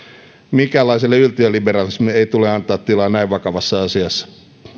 minkäänlaiselle yltiöliberalismille ei tule antaa tilaa näin vakavassa asiassa